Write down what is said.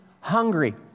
hungry